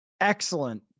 excellent